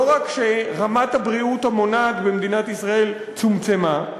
לא רק שרמת הבריאות המונעת במדינת ישראל צומצמה,